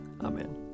Amen